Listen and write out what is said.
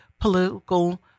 political